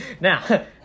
Now